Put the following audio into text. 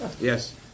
Yes